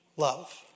love